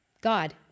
God